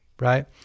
right